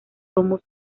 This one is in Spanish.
tomos